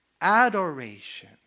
adoration